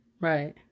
Right